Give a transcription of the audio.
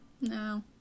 No